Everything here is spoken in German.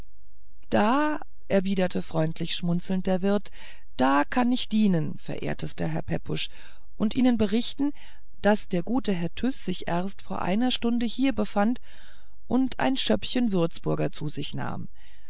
da erwiderte freundlich schmunzelnd der wirt da kann ich dienen verehrtester herr pepusch und ihnen berichten daß der gute herr tyß sich erst vor einer stunde hier befand und ein schöppchen würzburger zu sich nahm